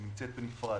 היא נמצאת בנפרד.